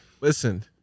Listen